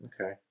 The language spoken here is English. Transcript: Okay